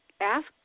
Ask